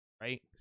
right